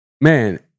man